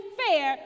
fair